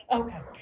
okay